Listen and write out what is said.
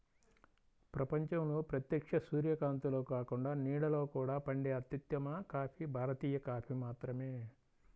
ప్రపంచంలో ప్రత్యక్ష సూర్యకాంతిలో కాకుండా నీడలో కూడా పండే అత్యుత్తమ కాఫీ భారతీయ కాఫీ మాత్రమే